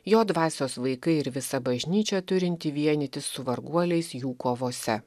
jo dvasios vaikai ir visa bažnyčia turinti vienytis su varguoliais jų kovose